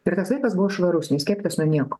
ir tas vaikas buvo švarus neskiepytas nuo nieko